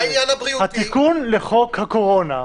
שתיקון מס' 2 לחוק הקורונה,